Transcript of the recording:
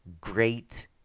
great